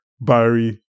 Barry